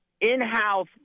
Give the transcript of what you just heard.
in-house